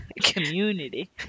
community